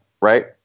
Right